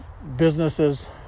Businesses